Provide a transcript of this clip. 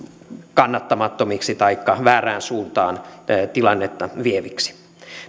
kannattamattomiksi taikka väärään suuntaan tilannetta vieviksi